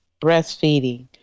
breastfeeding